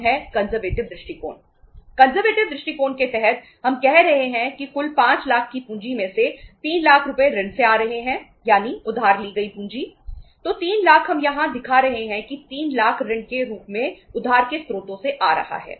conservative पूंजी से आ रहा है